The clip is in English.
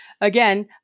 again